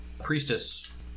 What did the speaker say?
priestess